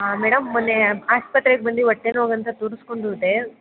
ಹಾಂ ಮೇಡಮ್ ಮೊನ್ನೆ ಆಸ್ಪತ್ರೆಗೆ ಬಂದೆ ಹೊಟ್ಟೆ ನೋವಂತ ತೋರಿಸ್ಕೊಂಡು ಹೋದೆ